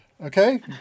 Okay